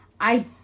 I-